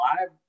Live